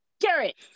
Garrett